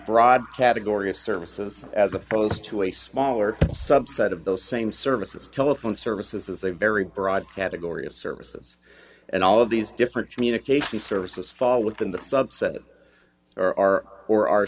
broad category of services as opposed to a smaller subset of those same services telephone services is a very broad category of services and all of these different communications services fall within the subset that are or are